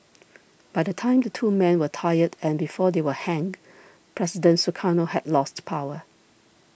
by the time the two men were tried and before they were hanged President Sukarno had lost power